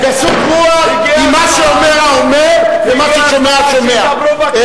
גסות רוח היא מה שאומר האומר, ומה ששומע השומע.